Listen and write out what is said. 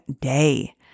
day